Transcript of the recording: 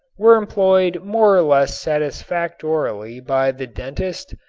were employed more or less satisfactorily by the dentist,